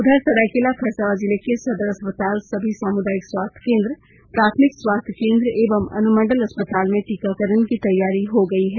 उधर सरायकेला खरसांवा जिले के सदर अस्पताल सभी सामुदायिक स्वास्थ्य केंद्र प्राथमिक स्वास्थ्य केंद्र एवं अनुमंडल अस्पताल में टीकाकरण की तैयारी हो गयी है